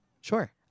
Sure